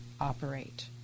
Operate